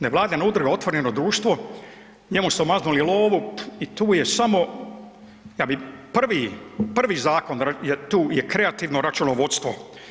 Nevladine udruge, otvoreno društvo, njemu su maznuli lovu i tu je samo, ja bi prvi, prvi zakon je tu je kreativno računovodstvo.